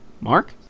Mark